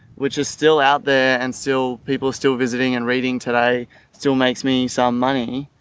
which is still out there and still people still visiting and reading today still makes me some money.